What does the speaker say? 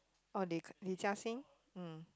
oh